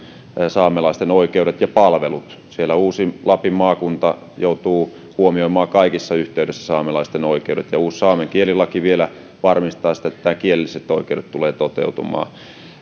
saamelaisten oikeudet ja palvelut siellä uusi lapin maakunta joutuu huomioimaan kaikissa yhteyksissä saamelaisten oikeudet ja uusi saamen kielilaki vielä varmistaa sitä että nämä kielelliset oikeudet tulevat toteutumaan